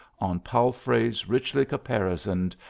on palfreys richly caparisoned,